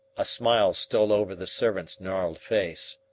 a smile stole over the servant's gnarled face.